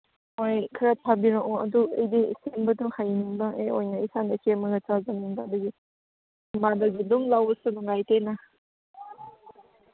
ꯍꯣꯏ ꯈꯔ ꯊꯥꯕꯤꯔꯛꯑꯣ ꯑꯗꯨ ꯑꯩꯗꯤ ꯈꯣꯟꯕꯗꯣ ꯍꯩꯅꯤꯡꯕ ꯑꯩ ꯑꯣꯏꯅ ꯏꯁꯥꯅ ꯁꯦꯝꯃꯒ ꯆꯥꯖꯅꯤꯡꯕ ꯑꯗꯨꯒꯤ ꯏꯃꯥꯗꯒꯤ ꯑꯗꯨꯝ ꯂꯧꯕꯁꯨ ꯅꯨꯡꯉꯥꯏꯇꯦꯅ